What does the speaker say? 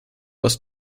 was